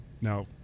now